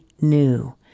new